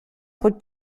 pod